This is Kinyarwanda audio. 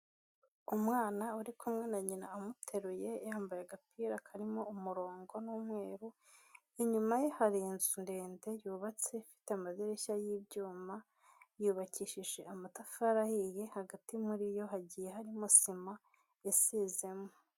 Umwana uri kumwe na nyina amuteruye yambaye agapira karimo umurongo n'umweru inyuma hari inzu ndende yubatse ifite amadirishya y'ibyuma yubakishije amatafari ahiye hagati muri yo hagiye harimo sima isizemo.